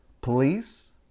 police